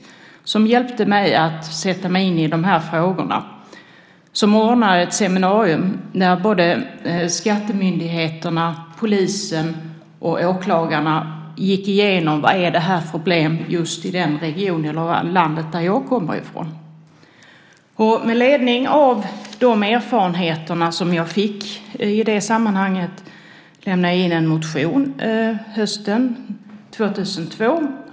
Han hjälpte mig att sätta mig in i de här frågorna. Han ordnade ett seminarium där både skattemyndigheten, polisen och åklagarna gick igenom vad det fanns för problem i just den region av landet som jag kommer ifrån. Med ledning av de erfarenheter som jag fick i det sammanhanget lämnade jag in en motion hösten 2002.